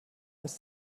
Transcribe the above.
ist